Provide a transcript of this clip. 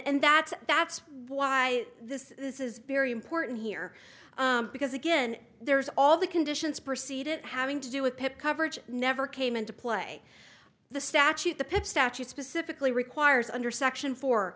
and that's that's why this this is very important here because again there's all the conditions proceed it having to do with pip coverage never came into play the statute the pit statute specifically requires under section fo